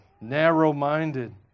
narrow-minded